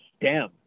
stem